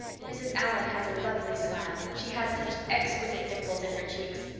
mrs. allan has a lovely smile she has such exquisite dimples in her cheeks.